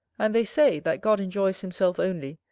and they say, that god enjoys himself only,